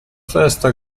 festa